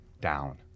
down